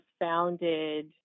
founded